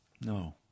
No